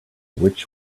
which